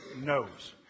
knows